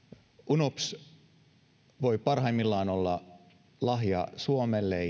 unops voi parhaimmillaan olla lahja suomelle